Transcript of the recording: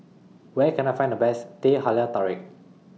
Where Can I Find The Best Teh Halia Tarik